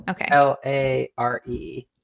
L-A-R-E